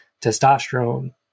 testosterone